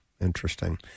Interesting